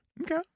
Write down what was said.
Okay